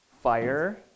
Fire